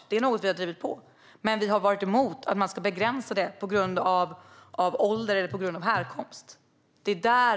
Detta har vi drivit på för, men vi har varit emot att det ska begränsas på grund av ålder eller härkomst.